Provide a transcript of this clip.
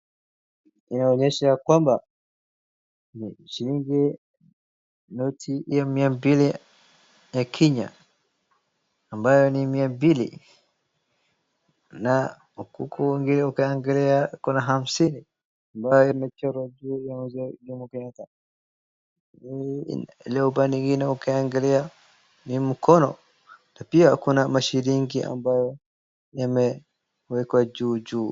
Inaonyesha ya kwamba, ni shilingi noti ya mia mbili ya Kenya, ambayo ni mia mbili na huku kwingine ukiangalia kuna hamsini ambaye imechorwa juu Mzee Jomo Kenyatta. Ule upande mwingine ukiangalia ni mkono na pia kuna mashilingi ambayo imewekwa juu juu.